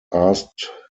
asked